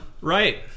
Right